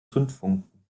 zündfunken